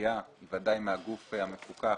הציפייה ודאי מהגוף המפוקח,